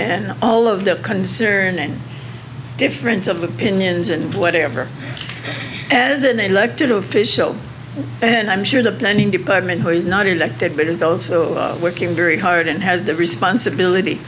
and all of the concern and difference of opinions and whatever as an elected official and i'm sure the planning department who is not elected but are those working very hard and has the responsibility